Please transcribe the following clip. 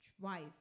Wife